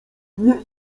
nie